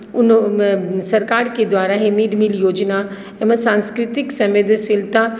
सरकारके द्वारा ही मिड डे मिल योजना एहिमे सांस्कृतिक सामञ्जस्यता